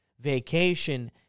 vacation